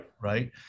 right